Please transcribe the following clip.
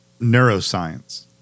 neuroscience